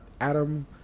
Adam